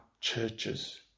churches